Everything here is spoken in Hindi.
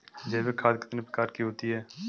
जैविक खाद कितने प्रकार की होती हैं?